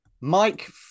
Mike